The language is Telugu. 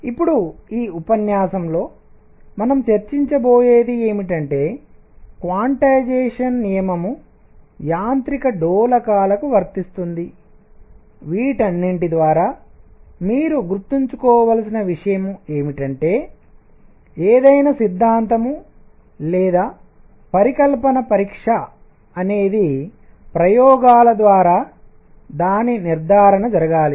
ఇప్పుడు ఈ ఉపన్యాసంలో మనం చర్చించబోయేది ఏమిటంటే క్వాంటైజేషన్ నియమం యాంత్రిక డోలకాలకు వర్తిస్తుంది వీటన్నిటి ద్వారా మీరు గుర్తుంచుకోవలసిన విషయం ఏమిటంటే ఏదైనా సిద్ధాంతం లేదా పరికల్పన పరీక్ష అనేది ప్రయోగాల ద్వారా దాని నిర్ధారణ జరగాలి